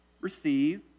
receive